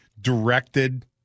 directed